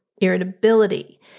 irritability